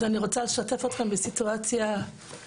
אז אני רוצה לשתף אותכם בסיטואציה שלי,